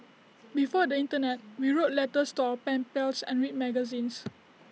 before the Internet we wrote letters to our pen pals and read magazines